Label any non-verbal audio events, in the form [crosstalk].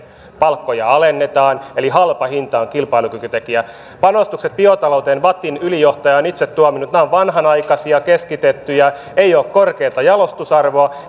palkkoja alennetaan eli halpa hinta on kilpailukykytekijä panostukset biotalouteen vattin ylijohtaja on itse tuominnut ovat vanhanaikaisia keskitettyjä ei ole korkeata jalostusarvoa [unintelligible]